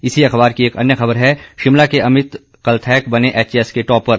इसी अखबर की एक अन्य खबर है शिमला के अमित कलथैक बने एचएएस के टॉपर